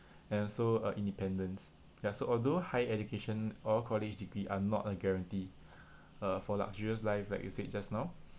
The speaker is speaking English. and also uh independence ya so although high education or a college degree are not a guarantee uh for luxurious life like you said just now